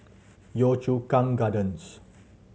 Yio Chu Kang Gardens